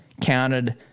counted